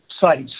sites